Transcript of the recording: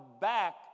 back